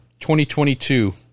2022